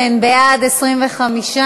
התוצאות הן: בעד, 25,